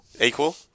Equal